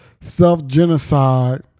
self-genocide